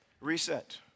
Reset